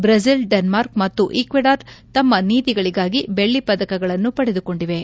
Brazil Denmark ಮತ್ತು Ecuador ತಮ್ಮ ನೀತಿಗಳಿಗಾಗಿ ಬೆಳ್ಳಿ ಪದಕಗಳನ್ನು ಪಡೆದುಕೊಂಡಿವೆ